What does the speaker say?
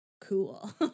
cool